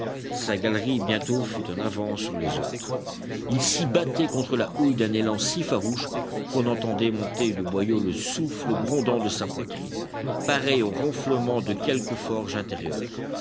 sa galerie bientôt fut en avance sur les autres il s'y battait contre la houille d'un élan si farouche qu'on entendait monter du boyau le souffle grondant de sa poitrine pareil au ronflement de quelque forge intérieure